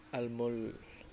almond